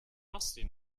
musty